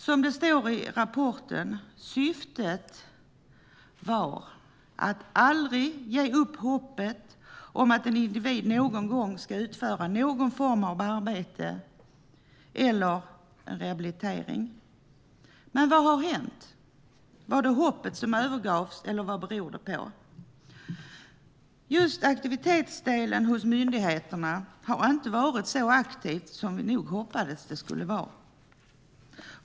Som det står i rapporten: Syftet var att aldrig ge upp hoppet om att en individ någon gång ska utföra någon form av arbete eller rehabilitering. Men vad har hänt? Var det hoppet som övergavs, eller vad beror det på? Just aktivitetsdelen hos myndigheterna har inte varit så aktiv som vi nog hoppades på.